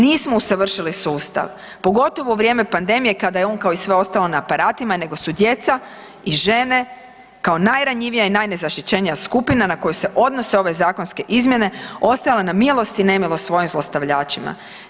Nismo usavršili sustav, pogotovo u vrijeme pandemije kada je on, kao i sve ostalo, na aparatima, nego su djeca i žene kao najranjivija i najnezaštićenija skupina na koju se odnose ove zakonske izmjene ostajale na milost i nemilost svojim zlostavljačima.